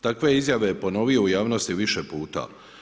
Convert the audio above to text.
Takve izjave je ponovio u javnosti više puta.